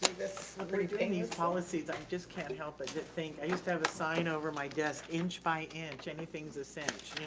um reviewing these policies, i just can't help it. to think i used to have a sign over my desk, inch by inch, anything's a cinch.